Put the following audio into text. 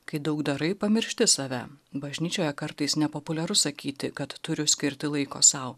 kai daug darai pamiršti save bažnyčioje kartais nepopuliaru sakyti kad turiu skirti laiko sau